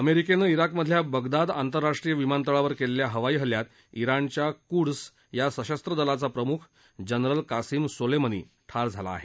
अमेरिकेनं इराकमधल्या बगदाद आंतरराष्ट्रीय विमानतळावर केलेल्या हवाई हल्ल्यात इराणच्या क्ड्स या सशस्त्र दलाचा प्रम्ख जनरल कासीम सोलेमनी ठार झाला आहे